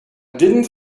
didn’t